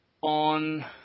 on